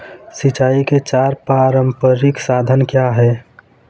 सिंचाई के चार पारंपरिक साधन क्या हैं?